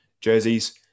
jerseys